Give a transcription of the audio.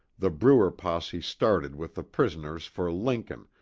the bruer posse started with the prisoners for lincoln,